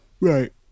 Right